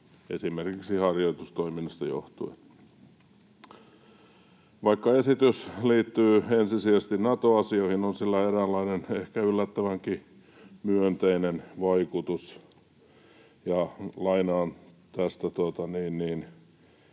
esimerkiksi harjoitustoiminnasta johtuen. Vaikka esitys liittyy ensisijaisesti Nato-asioihin, on sillä eräänlainen, ehkä yllättävänkin myönteinen vaikutus, ja lainaan tästä